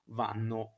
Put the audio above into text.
vanno